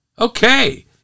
Okay